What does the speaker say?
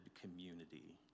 community